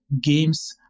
games